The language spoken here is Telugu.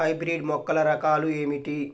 హైబ్రిడ్ మొక్కల రకాలు ఏమిటి?